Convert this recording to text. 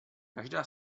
každá